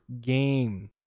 game